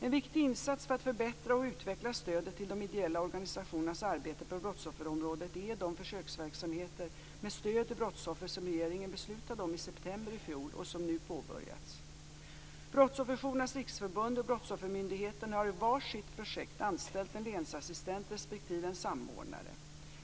En viktig insats för att förbättra och utveckla stödet till de ideella organisationernas arbete på brottsofferområdet är de försöksverksamheter med stöd till brottsoffer som regeringen beslutade om i september i fjol och som nu påbörjats. Brottsofferjourernas riksförbund och Brottsoffermyndigheten har i var sitt projekt anställt en länsassistent respektive en samordnare.